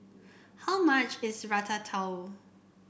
how much is Ratatouille